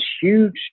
huge